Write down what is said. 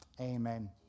Amen